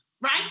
right